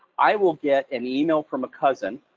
i will get an email from a cousin,